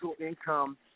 income